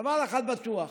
דבר אחד בטוח,